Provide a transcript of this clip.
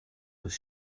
was